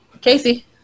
Casey